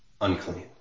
unclean